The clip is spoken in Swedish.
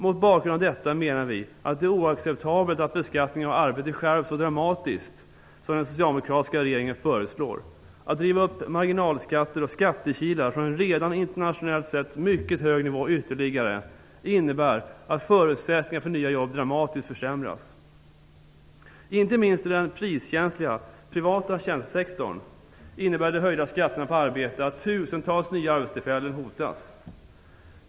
Mot bakgrund av detta menar vi att det är oacceptabelt att beskattningen av arbete skärps så dramatiskt som den socialdemokratiska regeringen föreslår. Att ytterligare driva upp marginalskatter och öka skattekilar från en internationellt sett redan mycket hög nivå, innebär att förutsättningarna för nya jobb dramatiskt försämras. Inte minst i den priskänsliga privata tjänstesektorn innebär de höjda skatterna på arbete att tusentals nya arbetstillfällen hotas.